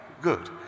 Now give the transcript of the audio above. good